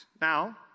now